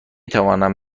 توانم